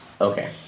Okay